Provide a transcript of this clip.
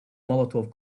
molotov